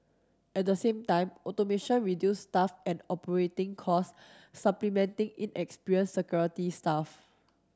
at the same time automation reduce staff and operating cost supplementing inexperienced security staff